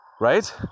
right